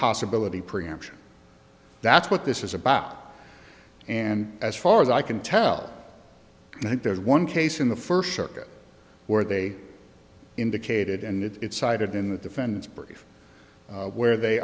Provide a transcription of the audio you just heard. possibility preemption that's what this is about and as far as i can tell i think there's one case in the first circuit where they indicated and it's cited in the defendant's brief where they